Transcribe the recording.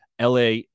la